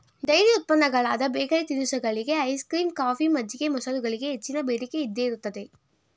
dairy ಉತ್ಪನ್ನಗಳಾದ bakery ತಿನಿಸುಗಳಿಗೆ, ice cream, coffee, ಮಜ್ಜಿಗೆ, ಮೊಸರುಗಳಿಗೆ ಹೆಚ್ಚಿನ ಬೇಡಿಕೆ ಇದ್ದೇ ಇರುತ್ತದೆ